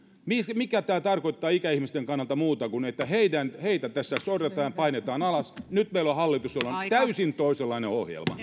mitä tämä tarkoittaa ikäihmisten kannalta muuta kuin sitä että heitä tässä sorretaan ja painetaan alas nyt meillä on hallitus jolla on täysin toisenlainen ohjelma